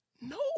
no